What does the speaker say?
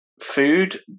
food